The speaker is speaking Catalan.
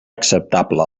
acceptable